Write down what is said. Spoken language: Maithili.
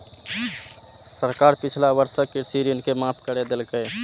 सरकार पिछला वर्षक कृषि ऋण के माफ कैर देलकैए